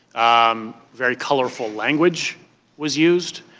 um very colorful language was used.